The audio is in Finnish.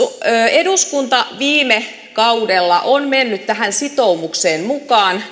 eduskunta viime kaudella on mennyt tähän sitoumukseen mukaan